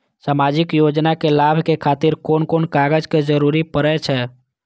सामाजिक योजना के लाभक खातिर कोन कोन कागज के जरुरत परै छै?